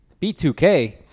B2K